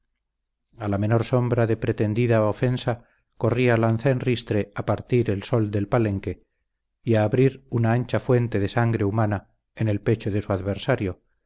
a la menor sombra de pretendida ofensa corría lanza en ristre a partir el sol del palenque y a abrir una ancha fuente de sangre humana en el pecho de su adversario